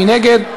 מי נגד?